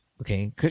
Okay